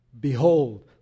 Behold